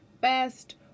best